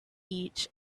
each